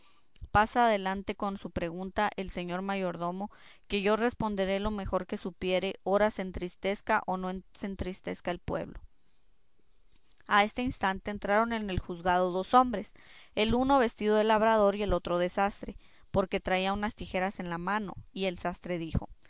pase adelante con su pregunta el señor mayordomo que yo responderé lo mejor que supiere ora se entristezca o no se entristezca el pueblo a este instante entraron en el juzgado dos hombres el uno vestido de labrador y el otro de sastre porque traía unas tijeras en la mano y el sastre dijo